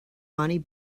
money